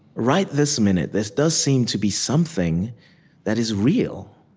right this minute, this does seem to be something that is real,